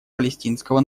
палестинского